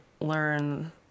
learn